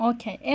Okay